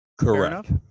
Correct